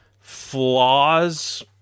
flaws